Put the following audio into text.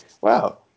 wow